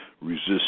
resist